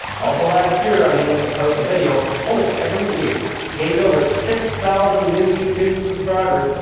also last year, i managed to post a video almost every week gained over six thousand new youtube subscribers,